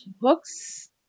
books